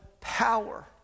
power